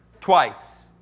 twice